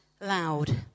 loud